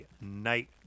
night